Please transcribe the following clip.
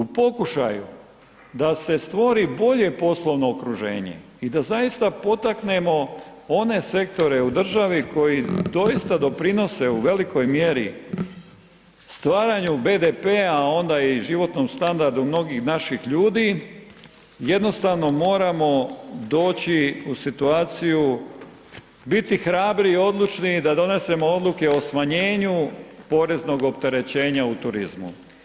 U pokušaju da se stvori bolje poslovno okruženje i da zaista potaknemo one sektore u državi koji doista doprinose u velikoj mjeri stvaranju BDP-a, onda i životnom standardu mnogih našim ljudi, jednostavno moramo doći u situaciju biti hrabri i odlučni da donesemo odluke o smanjenju poreznog opterećenja u turizmu.